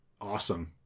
Awesome